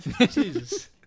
Jesus